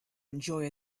enjoy